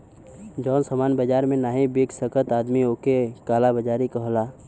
जौन सामान बाजार मे नाही बिक सकत आदमी ओक काला बाजारी कहला